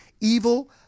evil